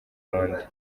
wundi